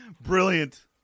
brilliant